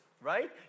Right